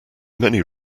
many